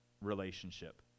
relationship